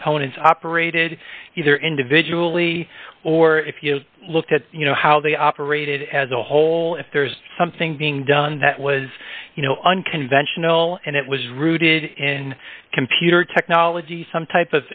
components operated either individually or if you looked at you know how they operated as a whole busy if there's something being done that was you know unconventional and it was rooted in computer technology some type